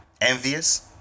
Envious